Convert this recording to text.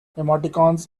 emoticons